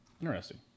Interesting